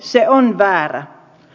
se on väärä